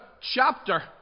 chapter